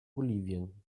bolivien